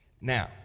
Now